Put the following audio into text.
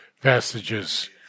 passages